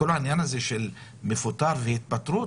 כל העניין הזה של מפוטר והתפטרות,